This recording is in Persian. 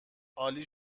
عالی